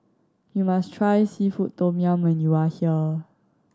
you must try seafood tom yum when you are here